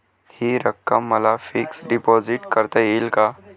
हि रक्कम मला फिक्स डिपॉझिट करता येईल का?